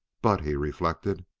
but, he reflected,